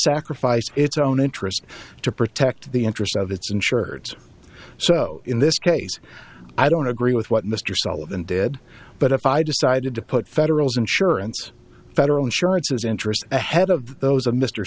sacrifice its own interest to protect the interest of its and shirts so in this case i don't agree with what mr sullivan did but if i decided to put federals insurance federal insurance as interest ahead of those of mr